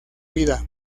vida